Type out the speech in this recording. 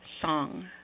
song